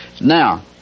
Now